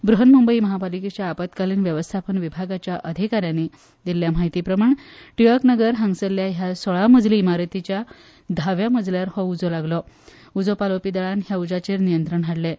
ब्रहनमुंबय म्हापालिकेच्या आपतकालीन वेवस्थापन विभागाच्या अधिकाऱ्यांनी दिल्ले माहिती प्रमाण टिळक नगर हांगासरल्या ह्या सोळा मजली इमारतीच्या धाव्या मजल्यार हो उजो लागलो उजो पालोवपी दळान ह्या उज्याचेर नियंत्रण हाडलें